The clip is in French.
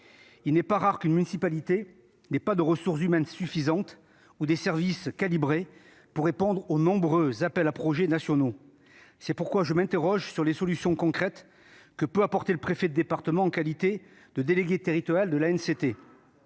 Il n'est pas rare qu'une municipalité ne dispose pas des ressources humaines nécessaires ou de services suffisamment étoffés pour répondre aux nombreux appels à projets nationaux. C'est pourquoi je m'interroge sur les solutions concrètes que peut apporter le préfet de département, en qualité de délégué territorial de l'ANCT.